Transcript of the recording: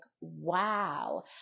wow